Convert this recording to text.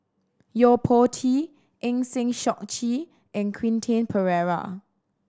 Yo Po Tee Eng Lee Seok Chee and Quentin Pereira